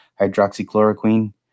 hydroxychloroquine